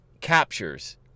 captures